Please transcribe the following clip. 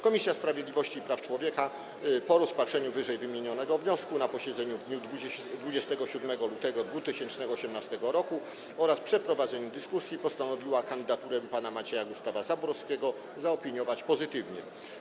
Komisja Sprawiedliwości i Praw Człowieka po rozpatrzeniu ww. wniosku na posiedzeniu w dniu 27 lutego 2018 r. oraz przeprowadzeniu dyskusji postanowiła kandydaturę pana Macieja Gustawa Zaborowskiego zaopiniować pozytywnie.